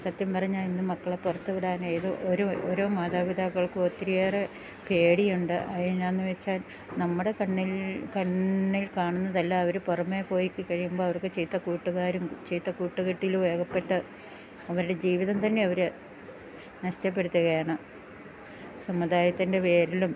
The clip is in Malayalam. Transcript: സത്യം പറഞ്ഞാൽ ഇന്ന് മക്കളെ പുറത്ത് വിടാനേത് ഒരു ഓരോ മാതാപിതാക്കൾക്ക് ഒത്തിരിയേറെ പേടി ഉണ്ട് അത് എന്നാന്ന് വെച്ചാൽ നമ്മുടെ കണ്ണിൽ കണ്ണിൽ കാണുന്നതല്ല അവർ പുറമെ പോയി ഒക്കെ കഴിയുമ്പോൾ അവർക്ക് ചീത്ത കൂട്ട്കാരും ചീത്ത കൂട്ട് കെട്ടിലും അകപ്പെട്ട് അവരുടെ ജീവിതം തന്നെ അവർ നഷ്ടപ്പെടുത്തുകയാണ് സമുദായത്തിൻ്റെ പേരിലും